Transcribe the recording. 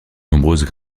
nombreuses